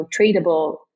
tradable